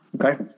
Okay